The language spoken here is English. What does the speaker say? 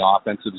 offensive